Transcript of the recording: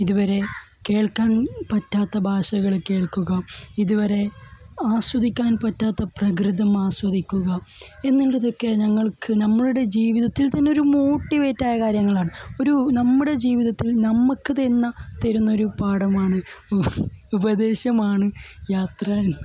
ഇതുവരെ കേൾക്കാൻ പറ്റാത്ത ഭാഷകൾ കേൾക്കുക ഇതുവരെ ആസ്വദിക്കാൻ പറ്റാത്ത പ്രകൃതം ആസ്വദിക്കുക എന്നുള്ളതൊക്കെ ഞങ്ങൾക്കു നമ്മളുടെ ജീവിതത്തിൽ തന്നെ ഒരു മോട്ടിവേറ്റ് ആയ കാര്യങ്ങളാണ് ഒരു നമ്മുടെ ജീവിതത്തിൽ നമുക്ക് തരുന്ന തരുന്നൊരു പാഠമാണ് ഉപദേശമാണ് യാത്ര എന്ന്